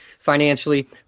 financially